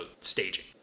staging